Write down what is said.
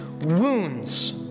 wounds